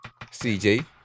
CJ